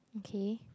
K